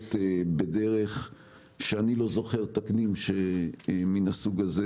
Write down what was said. שנעשית בדרך שאני לא זוכר תקדים מן הסוג הזה,